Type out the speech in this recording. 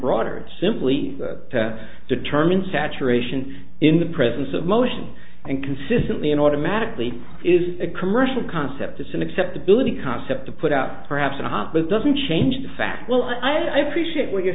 broader it's simply to determine saturation in the presence of motions and consistently in automatically is a commercial concept assume acceptability concept to put out perhaps in a heartbeat doesn't change the fact well i appreciate what you're